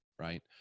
right